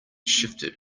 shifted